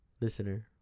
listener